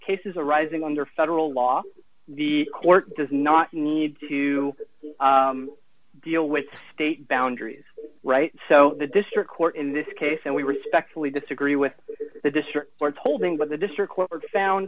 cases arising under federal law the court does not need to deal with state boundaries right so the district court in this case and we respectfully disagree with the district court's holding but the district court found